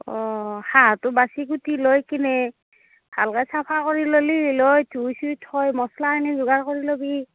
অ' হাঁহটো বাচি কুটি লৈ কিনে ভালকৈ চাফা কৰি ল'লি লৈ ধুই চুই থৈ মছলা খিনি যোগাৰ কৰি ল'বি